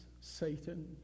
Satan